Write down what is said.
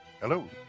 Hello